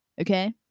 okay